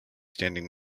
standing